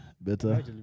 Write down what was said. better